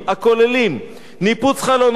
הכוללים ניפוץ חלונות,